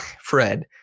Fred